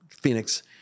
Phoenix